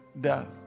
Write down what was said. death